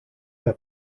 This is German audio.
der